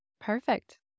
Perfect